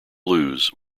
lose